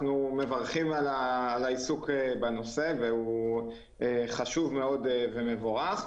על העיסוק בנושא שהוא חשוב מאוד ומבורך.